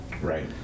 Right